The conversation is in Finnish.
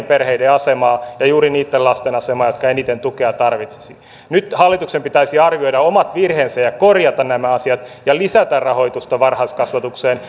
perheiden asemaa ja juuri niitten lasten asemaa jotka eniten tukea tarvitsisivat nyt hallituksen pitäisi arvioida omat virheensä korjata nämä asiat lisätä rahoitusta varhaiskasvatukseen